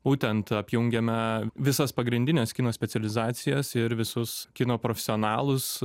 būtent apjungiame visas pagrindines kino specializacijas ir visus kino profesionalus